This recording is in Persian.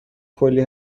کلی